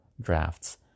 drafts